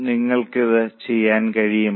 നിങ്ങൾക്കത് ചെയ്യാൻ കഴിയുമോ